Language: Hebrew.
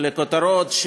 בכותרות,